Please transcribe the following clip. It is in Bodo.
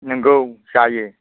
नंगौ जायो